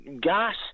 gas